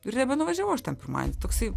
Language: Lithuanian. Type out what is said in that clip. ir nebenuvažiavau aš ten pirmadienį toksai